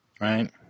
right